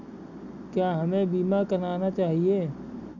क्या हमें बीमा करना चाहिए?